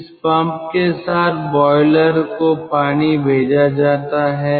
इस पंप के साथ बॉयलर को पानी भेजा जाता है